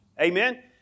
Amen